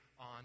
on